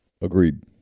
Agreed